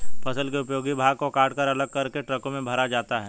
फसल के उपयोगी भाग को कटकर अलग करके ट्रकों में भरा जाता है